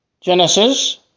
Genesis